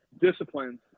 disciplines